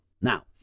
Now